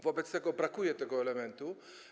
Wobec tego brakuje tego elementu.